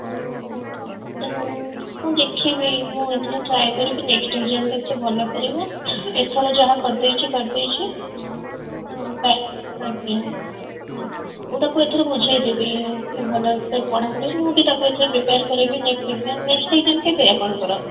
ହଉ ମୁଁ ଦେଖିବି ମୁଁ ଏଥର ଟ୍ରାଏ କରିବି ନେକ୍ସଟ୍ ଏଗ୍ଜାମ୍ରେ ସେ ଭଲ କରିବ ଏଥର ଯାହା କରିଦେଇଛି କରିଦେଇଛି ଆଜ୍ଞା ମୁଁ ତାକୁ ଏଥର ବୁଝାଇ ଦେବି କି ଭଲସେ ପଢ଼ାପଢ଼ି ମୁଁ ବି ତାକୁ ଏଥର ପ୍ରିପେୟାର କରାଇବି ନେକ୍ସଟ୍ ଏଗ୍ଜାମ୍ ନେକ୍ସଟ୍ ଏଗ୍ଜାମ୍ କେବେ ଆପଣଙ୍କର